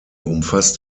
umfasst